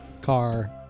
car